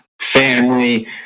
family